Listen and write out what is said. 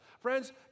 Friends